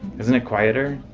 isn't it quieter?